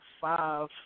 five